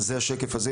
וזה השקף הזה.